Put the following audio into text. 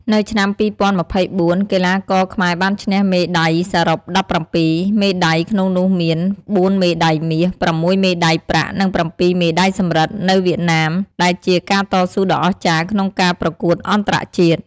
នៅឆ្នាំ ២០២៤ កីឡាករខ្មែរបានឈ្នះមេដៃសរុប ១៧ មេដៃ ក្នុងនោះមាន ៤ មេដៃមាស, ៦ មេដៃប្រាក់ និង ៧ មេដៃសំរឹទ្ធ នៅវៀតណាម ដែលជាការតស៊ូដ៏អស្ចារ្យក្នុងការប្រកួតអន្តរជាតិ។